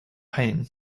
pain